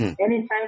Anytime